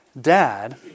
dad